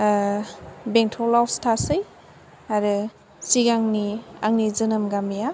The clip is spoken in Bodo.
बेंटलआवसो थायोसै आरो सिगांनि आंनि जोनोम गामिया